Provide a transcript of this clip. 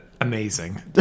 amazing